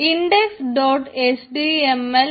index dot H T M L